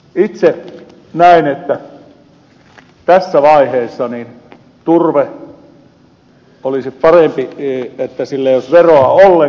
itse näen että tässä vaiheessa olisi parempi että turpeella ei olisi veroa ollenkaan